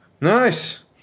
Nice